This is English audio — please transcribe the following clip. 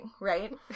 right